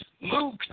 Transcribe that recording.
Luke